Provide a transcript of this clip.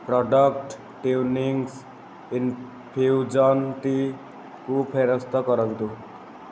product Twinings infusion tea କୁ ଫେରସ୍ତ କରନ୍ତୁ